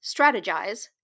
strategize